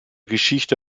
geschichte